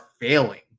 failing